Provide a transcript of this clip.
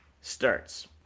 starts